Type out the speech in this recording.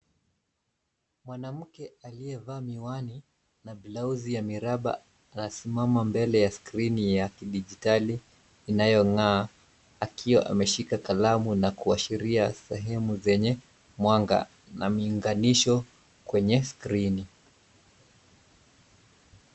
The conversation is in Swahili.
Mwanamke aliye vaa miwani na blausi ya miraba anasimama mbele ya skrini ya kidijitali inayong'aa akiwa ameshika kalamu na kuashiria sehemu zenye mwanga na miunganisho kwenye skrini.